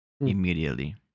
Immediately